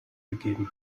gegeben